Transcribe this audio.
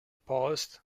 paused